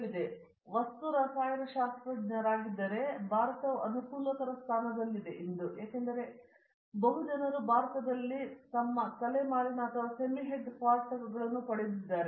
ಅವರು ವಸ್ತು ರಸಾಯನ ಶಾಸ್ತ್ರಜ್ಞರಾಗಿದ್ದಾರೆ ಇಂದು ಭಾರತವು ಅನುಕೂಲಕರ ಸ್ಥಾನದಲ್ಲಿದೆ ಏಕೆಂದರೆ ಎಲ್ಲಾ ಬಹುಜನರು ಭಾರತದಲ್ಲಿ ತಮ್ಮ ತಲೆಮಾರಿನ ಅಥವಾ ಸೆಮಿ ಹೆಡ್ ಕ್ವಾರ್ಟರ್ಗಳನ್ನು ಪಡೆದಿದ್ದಾರೆ